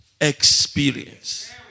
experience